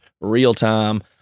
real-time